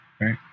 right